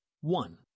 One